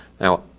Now